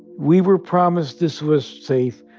we were promised this was safe.